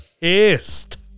pissed